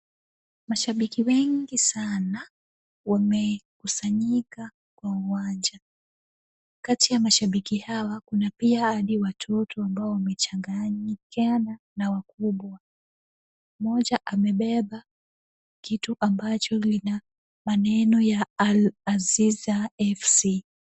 Mashabiki wengi sana wamekusanyika kwa uwanja. Kati ya mashabiki hawa kuna pia hadi watoto ambao wamechanganyikana na wakubwa. Mmoja amebeba kitu ambacho lina maneno ya Al-Azizia FC.